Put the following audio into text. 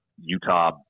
Utah